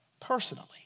personally